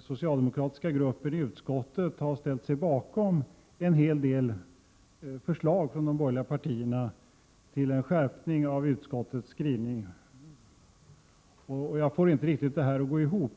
socialdemokratiska gruppen i utskottet har ställt sig bakom en hel del förslag från de borgerliga partierna till en skärpning av utskottets skrivning. Jag får inte detta att riktigt gå ihop.